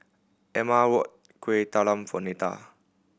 Ama bought Kueh Talam for Neta